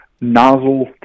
nozzle